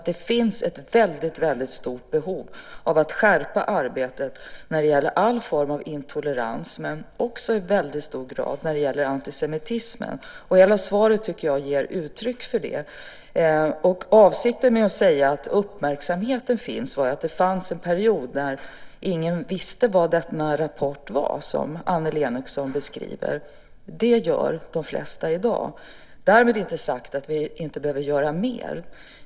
Det finns ett väldigt stort behov av att skärpa arbetet när det gäller all form av intolerans och i väldigt hög grad när det gäller antisemitismen. Jag tycker att hela svaret ger uttryck för det. Avsikten med att säga att uppmärksamheten finns var att det fanns en period när ingen visste vad det var för rapport som Annelie Enochson beskriver. Det gör de flesta i dag. Därmed är det inte sagt att vi inte behöver göra mer.